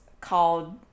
called